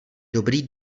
dobrý